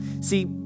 See